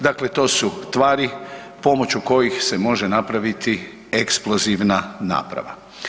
Dakle, to su tvari pomoću kojih se mogu napraviti eksplozivna naprava.